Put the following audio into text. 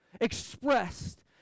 expressed